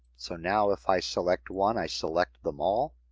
so now if i select one, i select them all.